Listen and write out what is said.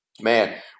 man